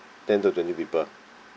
ten to twenty people